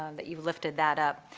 um that you lifted that up.